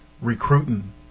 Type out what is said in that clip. recruiting